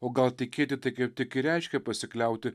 o gal tikėti tai kaip tik ir reiškia pasikliauti